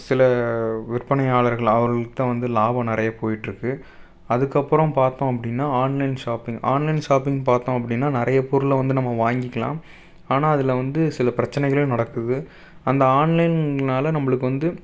சில விற்பனையாளர்கள் அவர்களுக்கு தான் வந்து லாபம் நிறைய போயிட்டிருக்கு அதுக்கப்புறம் பார்த்தோம் அப்படின்னா ஆன்லைன் ஷாப்பிங் ஆன்லைன் ஷாப்பிங் பார்த்தோம் அப்படின்னா நிறைய பொருளை வந்து நம்ம வாங்கிக்கலாம் ஆனால் அதில் வந்து சில பிரச்சினைகளும் நடக்குது அந்த ஆன்லைன்னால் நம்மளுக்கு வந்து